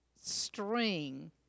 string